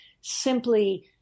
simply